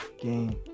Game